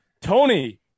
Tony